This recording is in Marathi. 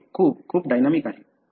ते खूप खूप डायनॅमिक आहे